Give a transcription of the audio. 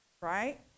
right